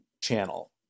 channel